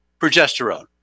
progesterone